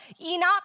Enoch